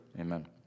Amen